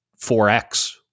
4X